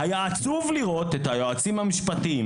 היה עצוב לראות את היועצים המשפטים,